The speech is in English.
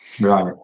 right